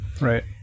Right